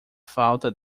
falta